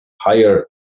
higher